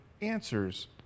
answers